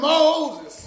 Moses